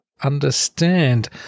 understand